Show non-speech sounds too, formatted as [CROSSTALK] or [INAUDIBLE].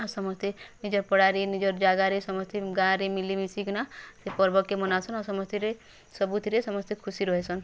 ସମସ୍ତେ ନିଜର୍ ପଡ଼ାରେ ନିଜର୍ ଜାଗାରେ ସମସ୍ତେ ଗାଁରେ ମିଲିମିଶି କିନା ସେ ପର୍ବ କେ ମନାସନ୍ ଆଉ [UNINTELLIGIBLE] ସବୁଥିରେ ସମସ୍ତେ ଖୁସି ରହିସନ୍